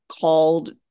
called